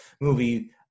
movie